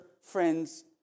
friend's